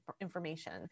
information